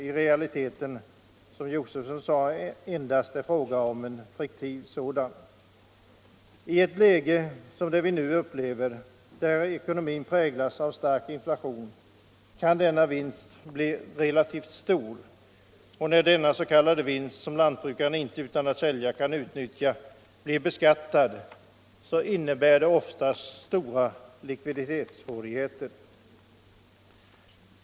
I realiteten är det, som herr Josefson sade, endast fråga om en fiktiv sådan. I en tid som präglas av stark inflation kan denna vinst bli relativt stor. När denna s.k. vinst, som lantbrukarna inte utan att sälja kan utnyttja, blir beskattad innebär det ofta stora likviditetssvårigheter.